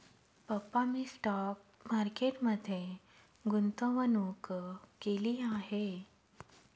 पप्पा मी stock market मध्ये गुंतवणूक केली आहे